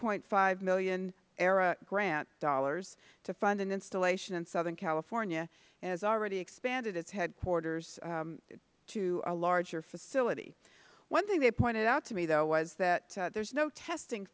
point five million arra grant dollars to fund an installation in southern california and has already expanded its headquarters to a larger facility one thing they pointed out to me though was that there is no testing